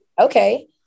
Okay